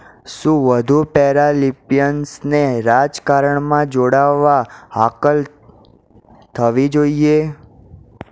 શું વધુ પેરાલિપિયન્સને રાજકારણમાં જોડાવવા હાકલ થવી જોઈએ